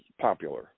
popular